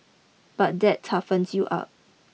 but that toughens you up